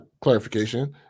clarification